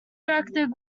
directed